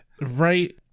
Right